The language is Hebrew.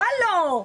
מה לא?